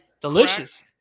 delicious